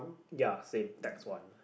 ya same tax one